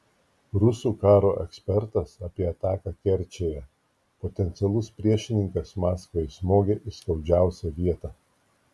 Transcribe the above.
rusų karo ekspertas apie ataką kerčėje potencialus priešininkas maskvai smogė į skaudžiausią vietą